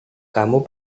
kamu